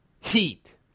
Heat